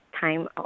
time